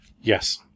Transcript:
Yes